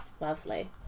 Lovely